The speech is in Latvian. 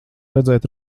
redzēt